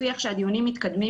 לפי איך שהדיונים מתקדמים,